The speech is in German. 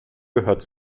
gehört